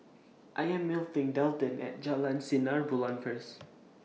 I Am meeting Delton At Jalan Sinar Bulan First